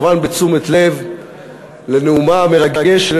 הקשבתי כמובן בתשומת לב לנאומה המרגש של